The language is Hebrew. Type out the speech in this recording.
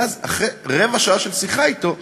ואז, אחרי רבע שעה של שיחה אתו,